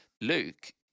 Luke